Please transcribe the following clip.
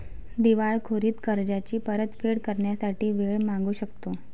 दिवाळखोरीत कर्जाची परतफेड करण्यासाठी वेळ मागू शकतो